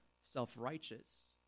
self-righteous